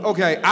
Okay